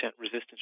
resistance